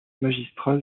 magistrats